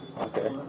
okay